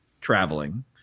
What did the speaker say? traveling